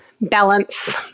balance